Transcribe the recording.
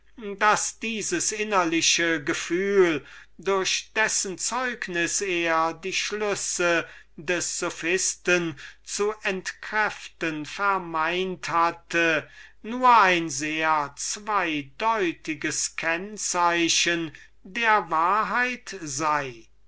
daß dieses innerliche gefühl durch dessen zeugnis er die schlüsse des sophisten zu entkräften vermeint hatte nur ein sehr zweideutiges kennzeichen der wahrheit sei